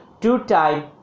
two-time